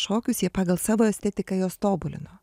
šokius jie pagal savo estetiką juos tobulino